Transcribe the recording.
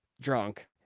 drunk